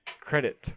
credit